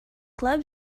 club